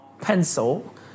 pencil